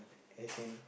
as in